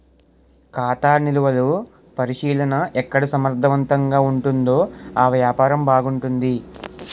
ఖాతా నిలువలు పరిశీలన ఎక్కడ సమర్థవంతంగా ఉంటుందో ఆ వ్యాపారం బాగుంటుంది